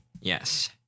yes